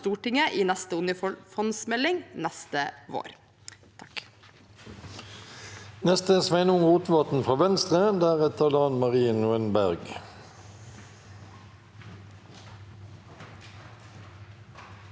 i neste oljefondsmelding neste vår.